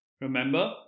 Remember